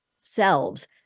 selves